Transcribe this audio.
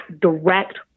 direct